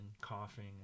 coughing